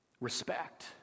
respect